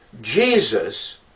Jesus